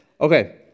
Okay